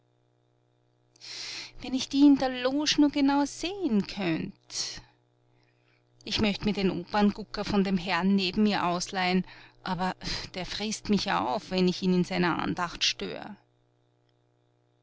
wenn ich die in der loge nur genau sehen könnt ich möcht mir den operngucker von dem herrn neben mir ausleih'n aber der frißt mich ja auf wenig ich ihn in seiner andacht stör